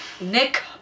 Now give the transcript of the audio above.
Nick